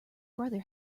brother